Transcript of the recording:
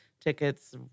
tickets